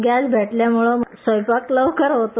gas भेटल्यामुळे स्वयंपाक लवकर होतो